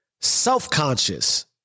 self-conscious